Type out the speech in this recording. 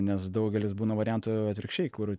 nes daugelis būna variantų atvirkščiai kur